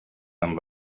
amb